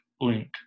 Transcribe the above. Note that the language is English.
link